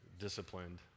Disciplined